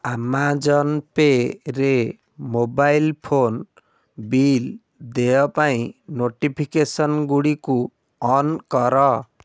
Amazon ପେ'ରେ mobile phone bill ଦେୟ ପାଇଁ ନୋଟିଫିକେସନ୍ ଗୁଡ଼ିକୁ ଅନ୍ କର